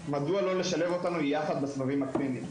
מדוע לא לשלב אותנו יחד בסבבים הקליניים.